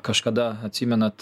kažkada atsimenat